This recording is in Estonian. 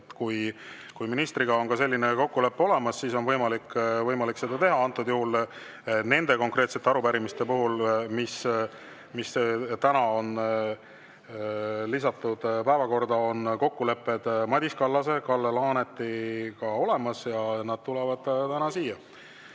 Kui ministriga on selline kokkulepe olemas, siis on võimalik seda teha. Nende konkreetsete arupärimiste puhul, mis on täna päevakorda pandud, on kokkulepe Madis Kallase ja Kalle Laanetiga olemas ja nad tulevad täna siia.